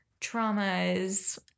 traumas